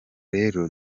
rero